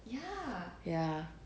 ya